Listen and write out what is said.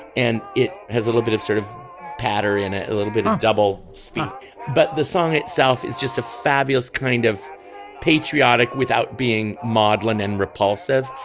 and it has a little bit of sort of patter in ah a little bit of double speak but the song itself is just a fabulous kind of patriotic without being maudlin and repulsive.